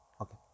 Okay